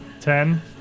ten